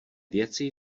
věci